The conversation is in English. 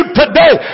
today